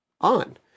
on